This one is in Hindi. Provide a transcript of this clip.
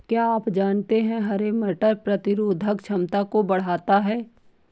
क्या आप जानते है हरे मटर प्रतिरोधक क्षमता को बढ़ाता है?